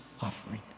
offering